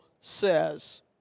says